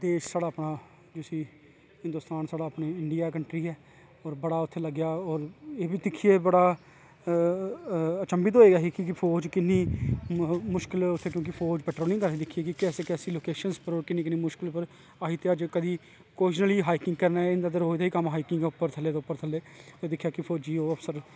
देश साढ़ा अपना जिसी हिन्दोस्तान साढ़ी अपनी कंट्री ऐ और बड़ा उत्थें लग्गेआ एह् बी दिक्खियै अचंभित होए अस कि फौज़ च किन्नी मुश्कल क्योंकि पट्रोलिंग असें दिक्खी कैसी कैसी लोकेशन पर किन्नी किन्नी मुश्कल पर कदें ओह्दे च हाईकिंग करने तांई थल्लै ते उप्पर थल्लै दिक्खेआ कि फौजी आफिसर